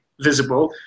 visible